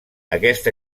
aquesta